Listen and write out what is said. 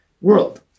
world